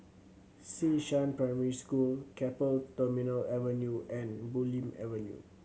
Xishan Primary School Keppel Terminal Avenue and Bulim Avenue